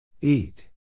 Eat